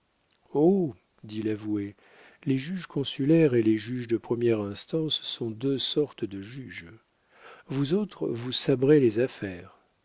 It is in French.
dit l'avoué les juges consulaires et les juges de première instance sont deux sortes de juges vous autres vous sabrez les affaires